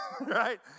right